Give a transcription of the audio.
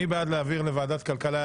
מי בעד להעביר לוועדת הכלכלה?